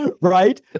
right